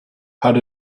had